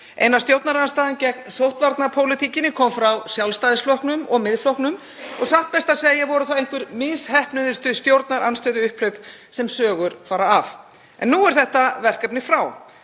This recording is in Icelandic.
Eina stjórnarandstaðan gegn sóttvarnapólitíkinni kom frá Sjálfstæðisflokknum og Miðflokknum. Satt best að segja voru það einhver misheppnuðustu stjórnarandstöðuupphlaup sem sögur fara af. En nú er þetta verkefni frá.